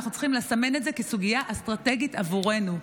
אנחנו צריכים לסמן את זה כסוגיה אסטרטגית עבורנו.